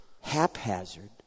haphazard